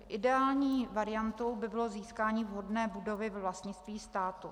Ideální variantou by bylo získání vhodné budovy ve vlastnictví státu.